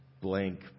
blank